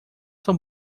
são